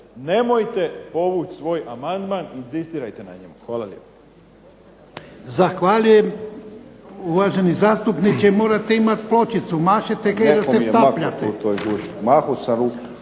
nemojte povući svoj amandman, inzistirajte na njemu. Hvala lijepo.